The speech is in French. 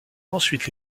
ensuite